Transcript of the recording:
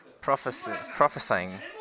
prophesying